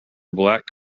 black